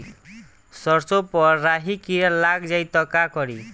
सरसो पर राही किरा लाग जाई त का करी?